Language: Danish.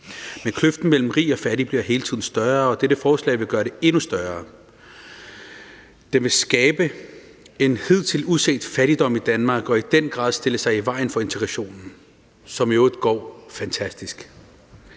Men kløften mellem rig og fattig bliver hele tiden større, og dette forslag vil gøre den endnu større. Det vil skabe en hidtil uset fattigdom i Danmark og i den grad stille sig i vejen for integrationen, som i øvrigt går fantastisk.